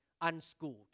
unschooled